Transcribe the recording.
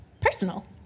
personal